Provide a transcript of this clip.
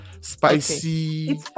spicy